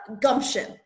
gumption